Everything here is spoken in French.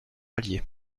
allier